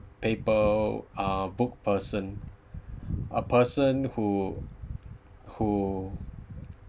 paper uh book person a person who who